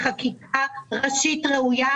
החקיקה הזו הולכת צעד אחר צעד אחרי